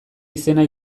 izena